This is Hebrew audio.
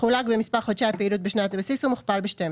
מחולק במספר חודשי הפעילות בשנת הבסיס ומוכפל ב-12,